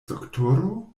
doktoro